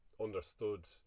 understood